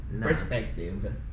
perspective